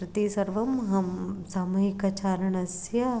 प्रति सर्वं अहं सामूहिकचारणस्य